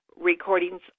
recordings